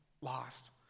lost